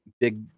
big